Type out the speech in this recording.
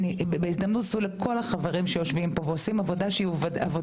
בהזדמנות פה לכל החברים שלנו שיושבים פה ועושים עבודה מופלאה,